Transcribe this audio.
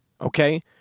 okay